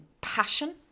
passion